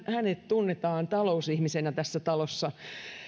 tunnetaan talousihmisenä tässä talossa niin